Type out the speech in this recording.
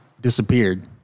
disappeared